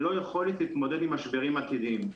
ללא יכולת להתמודד עם משברים עתידיים.